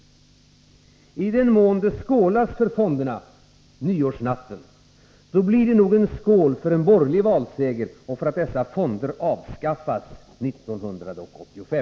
I den mån det skålas för fonderna på nyårsnatten, blir det nog en skål för en borgerlig valseger och för att dessa fonder avskaffas 1985.